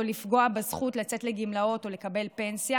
או לפגוע בזכות לצאת לגמלאות או לקבל פנסיה,